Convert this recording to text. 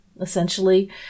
essentially